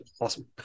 awesome